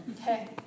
Okay